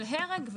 של הרג,